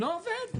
לא עובד.